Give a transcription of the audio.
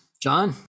John